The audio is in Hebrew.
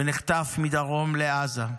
ונחטף מדרום לעזה,